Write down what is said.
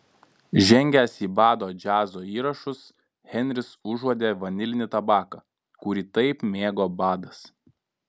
žengęs į bado džiazo įrašus henris užuodė vanilinį tabaką kurį taip mėgo badas